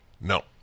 No